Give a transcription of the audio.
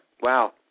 Wow